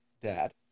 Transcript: dad